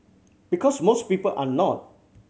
because most people are not